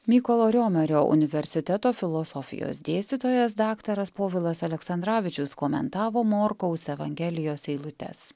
mykolo riomerio universiteto filosofijos dėstytojas daktaras povilas aleksandravičius komentavo morkaus evangelijos eilutes